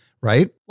right